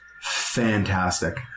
Fantastic